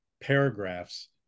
paragraphs